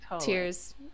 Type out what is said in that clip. tears